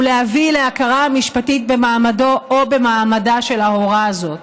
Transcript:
ולהביא להכרה משפטית במעמדו או במעמדה של ההורה הזאת.